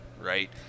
right